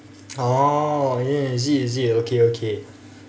oh eh is it is it okay okay